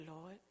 Lord